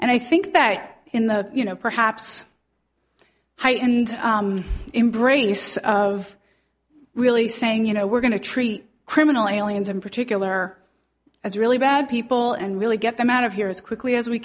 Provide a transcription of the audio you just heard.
and i think that in the you know perhaps height and embrace of really saying you know we're going to treat criminal aliens in particular as really bad people and really get them out of here as quickly as we